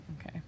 Okay